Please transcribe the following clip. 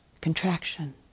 contraction